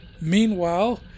meanwhile